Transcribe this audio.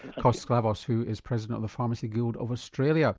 kos sclavos who is president of the pharmacy guild of australia.